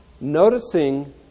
noticing